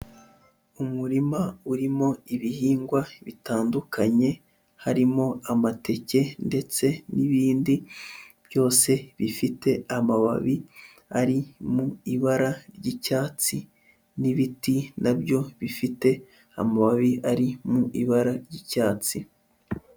umurima urimo ibihingwa bitandukanye, harimo amateke ndetse n'ibindi, byose bifite amababi ari mu ibara ry'icyatsi n'ibiti na byo bifite amababi ari mu ibara ry'icyatsi.